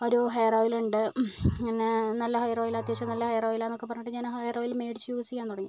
ഒരു ഹെയർ ഓയിലുണ്ട് പിന്നെ നല്ല ഹെയർ ഓയിലാണ് അത്യാവശ്യം നല്ല ഹെയർ ഓയിലാണെന്നൊക്കെ പറഞ്ഞിട്ട് ഞാൻ ആ ഹെയർ ഓയിൽ മേടിച്ചു യൂസ് ചെയ്യാൻ തുടങ്ങി